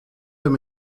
him